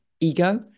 ego